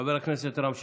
חבר הכנסת רם שפע,